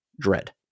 dread